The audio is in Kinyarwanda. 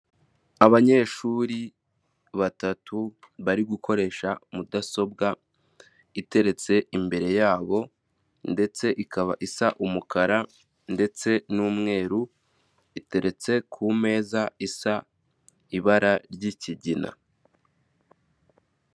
Abanyeshuri batatu bari gukoresha mudasobwa iteretse imbere yabo ndetse ikaba isa umukara ndetse n'umweru, iteretse ku meza isa ibara ry'ikigina.